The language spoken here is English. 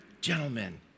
gentlemen